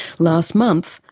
last month,